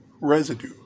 residue